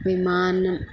విమానం